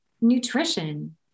Nutrition